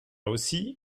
aussi